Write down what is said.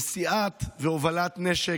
נשיאת והובלת נשק,